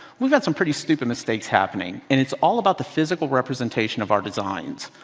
we've had some pretty stupid mistakes happening. and it's all about the physical representation of our designs.